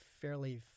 fairly